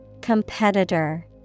Competitor